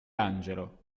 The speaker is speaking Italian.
angelo